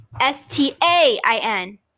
s-t-a-i-n